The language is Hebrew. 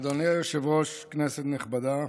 אדוני היושב-ראש, כנסת נכבדה,